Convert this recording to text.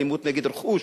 אם אלימות נגד רכוש,